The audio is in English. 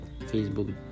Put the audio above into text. facebook